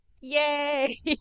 Yay